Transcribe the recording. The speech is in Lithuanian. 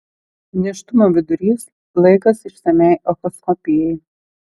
nėštumo vidurys laikas išsamiai echoskopijai